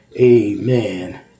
Amen